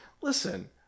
listen